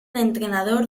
entrenador